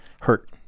hurt